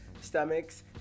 stomachs